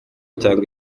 cyangwa